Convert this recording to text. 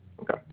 Okay